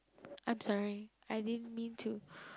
I'm sorry I didn't mean to